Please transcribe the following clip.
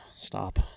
Stop